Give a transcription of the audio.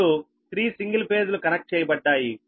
ఇప్పుడు 3 single phase లు connect చేయబడ్డాయి